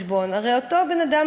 ביתו,